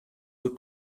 were